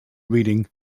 reading